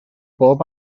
bob